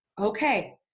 Okay